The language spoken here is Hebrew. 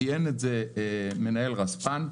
ציין את זה מנהל רספ"ן,